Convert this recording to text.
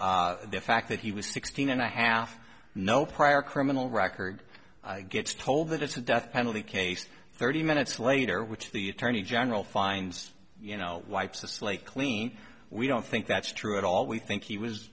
whether the fact that he was sixteen and a half no prior criminal record gets told that it's a death penalty case thirty minutes later which the attorney general finds you know wipes the slate clean we don't think that's true at all we think he was